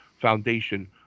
foundation